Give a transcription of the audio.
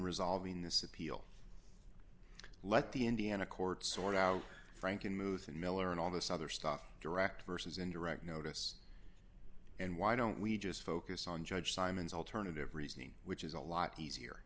resolving this appeal let the indiana courts sort out frankenmuth and miller and all this other stuff direct versus indirect notice and why don't we just focus on judge simon's alternative reasoning which is a lot easier